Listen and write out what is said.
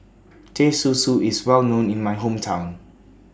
Teh Susu IS Well known in My Hometown